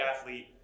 Athlete